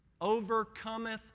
Overcometh